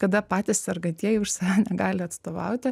kada patys sergantieji už save negali atstovauti